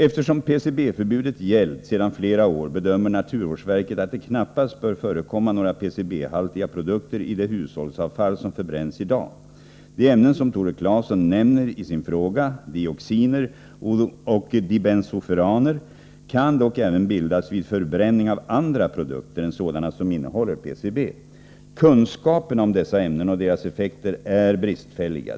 Eftersom PCB-förbudet gällt sedan flera år bedömer naturvårdsverket att det knappast bör förekomma några PCB-haltiga produkter i det hushållsavfall som förbränns i dag. De ämnen som Tore Claeson nämner i sin fråga — dioxiner och dibensofuraner — kan dock även bildas vid förbränning av andra produkter än sådana som innehåller PCB. Kunskaperna om dessa ämnen och deras effekter är bristfälliga.